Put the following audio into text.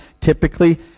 typically